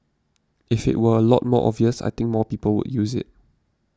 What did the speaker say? if it were a lot more obvious I think more people would use it